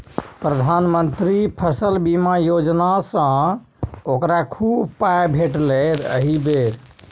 प्रधानमंत्री फसल बीमा योजनासँ ओकरा खूब पाय भेटलै एहि बेर